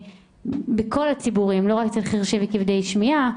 בכל הציבורים, לא רק אצל חרשים וכבדי שמיעה.